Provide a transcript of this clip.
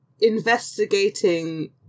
investigating